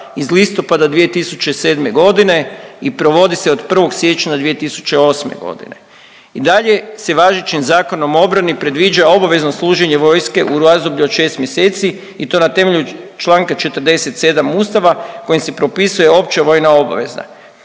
iz listopada 2007. godine i provodi se od 1. siječnja 2008. godine. I dalje se važećim Zakonom o obrani predviđa obavezno služenje vojske u razdoblju od 6 mjeseci i to na temelju čl. 47. Ustava kojim se propisuje opća vojna obveza.